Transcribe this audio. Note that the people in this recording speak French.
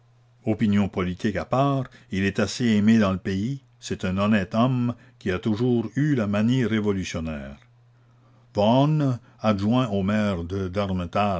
opinions politiques à part il est assez aimé dans le pays c'est un honnête homme qui a toujours eu la manie révolutionnaire vaughan adjoint au maire de